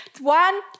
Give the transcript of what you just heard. One